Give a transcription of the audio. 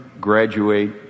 graduate